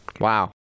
Wow